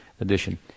edition